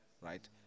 right